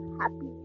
happy